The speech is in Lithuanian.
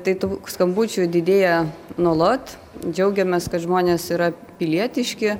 tai tų skambučių didėja nuolat džiaugiamės kad žmonės yra pilietiški